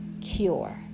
cure